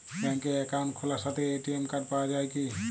ব্যাঙ্কে অ্যাকাউন্ট খোলার সাথেই এ.টি.এম কার্ড পাওয়া যায় কি?